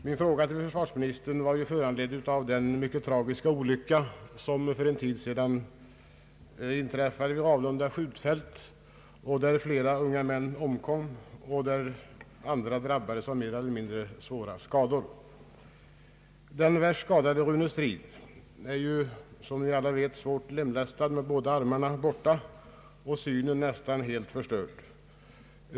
Min fråga till försvarsministern var ju föranledd av den mycket tragiska olycka som för en tid sedan inträffade vid Ravlunda skjutfält, då flera unga män omkom och andra drabbades av mer eller mindre svåra skador. Den värst skadade, Rune Stridh, är som alla vet svårt lemlästad med båda armarna borta och synen nästan helt förstörd.